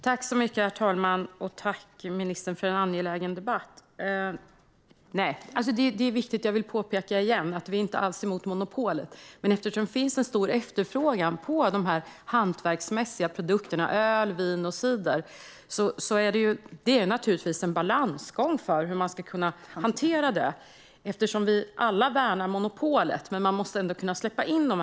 Herr talman! Tack, ministern, för en angelägen debatt! Det är viktigt att påpeka att vi inte alls är emot monopolet, men eftersom det finns en stor efterfrågan på de hantverksmässiga produkterna öl, vin och cider är det naturligtvis en balansgång när det gäller hur man ska hantera det. Vi värnar ju alla monopolet, men man måste ändå kunna släppa in dem.